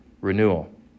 renewal